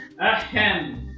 Ahem